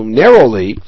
narrowly